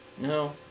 No